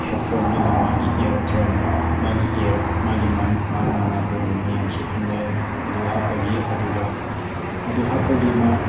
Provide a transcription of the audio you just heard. ꯍꯦꯠꯐꯣꯟꯗꯨꯅ ꯃꯥꯒꯤ ear drum ꯃꯥꯒꯤ ear ꯃꯥꯒꯤ ꯃꯅꯥ ꯃꯅꯥꯀꯣꯡꯒꯨꯝꯕ ꯌꯥꯝ ꯁꯣꯛꯍꯜꯂꯦ ꯑꯗꯨ ꯍꯥꯞꯄꯒꯤ ꯑꯗꯨꯒ ꯑꯗꯨ ꯍꯥꯞꯄꯒꯤ ꯃꯥ